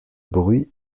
bruit